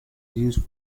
used